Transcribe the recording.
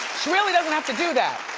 really doesn't have to do that.